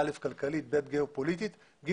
אנחנו